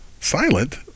Silent